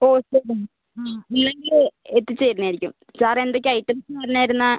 ആ ഇല്ലെങ്കിൽ എത്തിച്ച് തരുന്നതായിരിക്കും സാർ എന്തൊക്കെയാണ് ഐറ്റംസ് എന്ന് പറഞ്ഞിരുന്നെങ്കിൽ